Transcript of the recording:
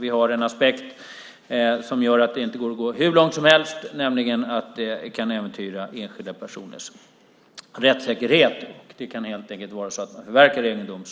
Vi har en aspekt som gör att det inte går att gå hur långt som helst, nämligen att det kan äventyra enskilda personers rättssäkerhet. Det kan helt enkelt vara så att man förverkar egendom